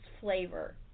flavor